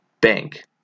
bank